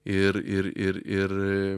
ir ir ir ir